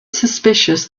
suspicious